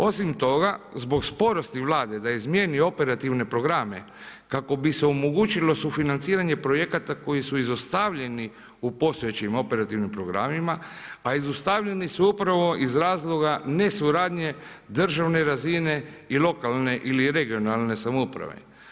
Osim toga zbog sporosti Vlade da izmijeni operativne programe kako bi se omogućilo sufinanciranje projekata koji su izostavljeni u postojećim operativnim programima, a izostavljeni su upravo iz razloga ne suradnje državne razine i lokalne ili regionalne samouprave.